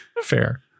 Fair